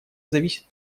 зависит